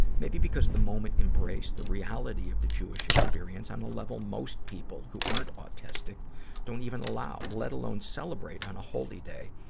maybe because the moment embraced the reality of the jewish experience on a level most people who aren't autistic don't even allow, let alone celebrate on a holy day,